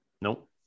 Nope